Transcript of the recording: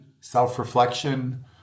self-reflection